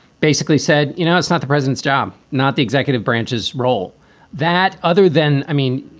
basically said, you know, it's not the president's job, not the executive branch's role that other than i mean,